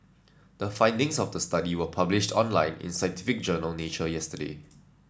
the findings of the study were published online in scientific journal Nature yesterday